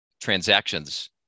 transactions